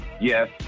Yes